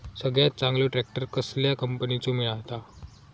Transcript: सगळ्यात चांगलो ट्रॅक्टर कसल्या कंपनीचो मिळता?